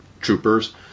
troopers